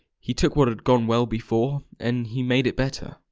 he took what had gone well before and he made it better.